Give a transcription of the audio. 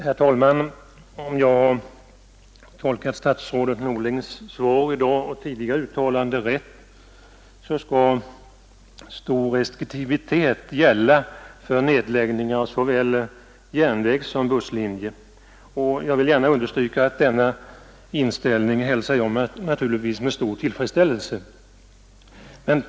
Herr talman! Om jag har tolkat statsrådet Norlings svar i dag och tidigare uttalanden riktigt skall stor restriktivitet iakttas med nedläggningar av såväl järnvägssom busslinjer. Jag hälsar denna inställning med stor tillfredsställelse.